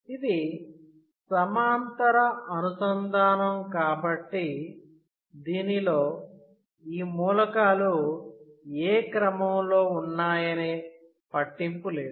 ఇది సమాంతర అనుసంధానం కాబట్టి దీనిలో ఈ మూలకాలు ఏ క్రమంలో ఉన్నాయనే పట్టింపు లేదు